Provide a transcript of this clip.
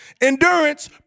Endurance